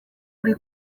uri